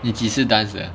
你几时 dance 的